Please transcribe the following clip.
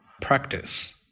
practice